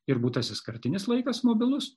ir būtasis kartinis laikas mobilus